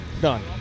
done